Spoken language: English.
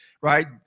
Right